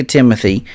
Timothy